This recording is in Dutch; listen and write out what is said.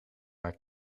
haar